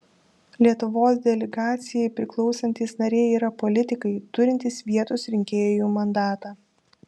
lietuvos delegacijai priklausantys nariai yra politikai turintys vietos rinkėjų mandatą